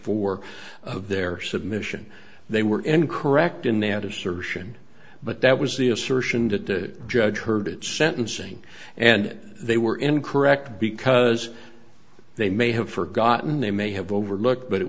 four of their submission they were incorrect in that assertion but that was the assertion that the judge heard it sentencing and they were incorrect because they may have forgotten they may have overlooked but it